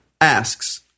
asks